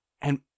And